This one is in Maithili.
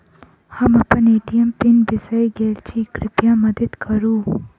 हम अप्पन ए.टी.एम पीन बिसरि गेल छी कृपया मददि करू